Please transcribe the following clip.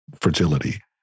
fragility